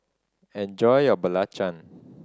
enjoy your belacan